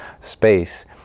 space